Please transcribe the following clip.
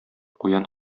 куян